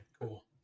cool